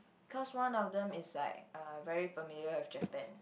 cause one of them is like uh very familiar with Japan